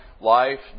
life